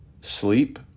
sleep